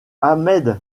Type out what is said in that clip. ahmed